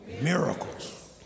Miracles